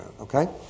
okay